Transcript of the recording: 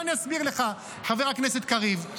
בוא אני אסביר לך, חבר הכנסת קריב.